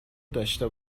داشته